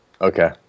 Okay